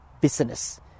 business